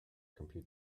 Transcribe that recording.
compute